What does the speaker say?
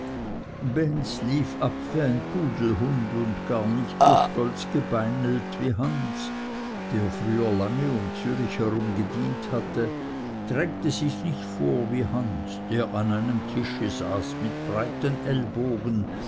benz lief ab wie ein pudelhund und gar nicht so stolz gebeinelt wie hans der früher lange um zürich herum gedient hatte drängte sich nicht vor wie hans der an einem tische saß mit breiten ellbogen